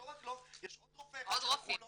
לא רק לו, יש עוד רופא שלקחו לו.